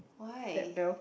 why